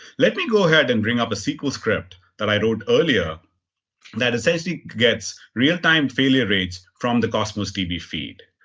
let me go ahead and bring up a sql script that i wrote earlier that essentially gets real-time failure rates from the cosmos db feed.